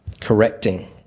Correcting